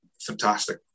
fantastic